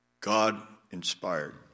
God-inspired